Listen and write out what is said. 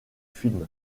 film